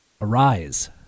Arise